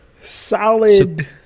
Solid